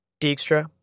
Dijkstra